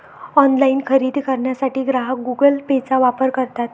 online खरेदी करण्यासाठी ग्राहक गुगल पेचा वापर करतात